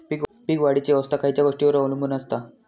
पीक वाढीची अवस्था खयच्या गोष्टींवर अवलंबून असता?